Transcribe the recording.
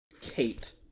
Kate